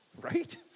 right